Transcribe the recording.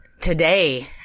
today